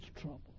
trouble